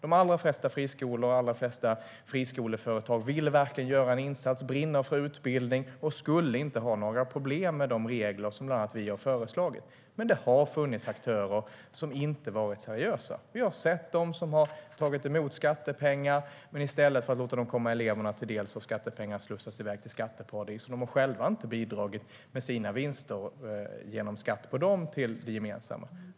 De allra flesta friskolor och friskoleföretag vill verkligen göra en insats, brinner för utbildning och skulle inte ha några problem med de regler som bland annat vi har föreslagit. Men det har funnits aktörer som inte varit seriösa, som tagit emot skattepengar och slussat iväg dem till skatteparadis i stället för att låta dem komma eleverna till del. De har inte bidragit till det gemensamma genom skatt på sina vinster.